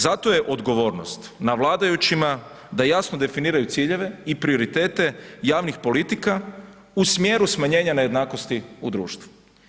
Zato je odgovornost na vladajućima da jasno definiraju ciljeve i prioritete javnih politika u smjeru smanjenja nejednakosti u društvu.